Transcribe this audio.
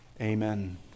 Amen